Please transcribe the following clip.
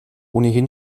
ohnehin